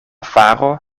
faro